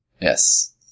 Yes